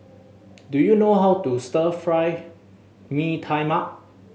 do you know how to Stir Fry Mee Tai Mak